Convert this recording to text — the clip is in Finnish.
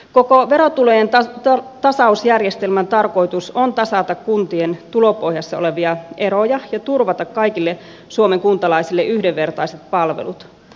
koko verotulojen tasausjärjestelmän tarkoitus on tasata kuntien tulopohjassa olevia eroja ja turvata kaikille suomen kuntalaisille yhdenvertaiset palvelut